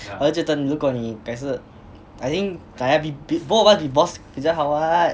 而且等如果你改次 I think 改天啊 both of us be boss 比较好 what